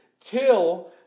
till